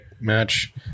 match